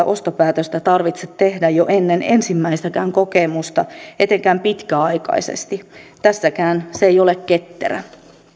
ostopäätöstä tarvitse tehdä jo ennen ensimmäistäkään kokemusta etenkään pitkäaikaisesti tässäkään se ei ole ketterä